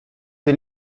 sie